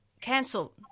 cancel